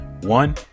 One